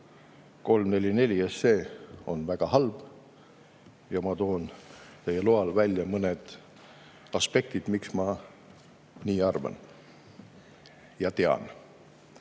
344 on väga halb. Ma toon teie loal välja mõned aspektid, miks ma seda arvan ja tean.